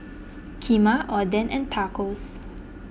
Kheema Oden and Tacos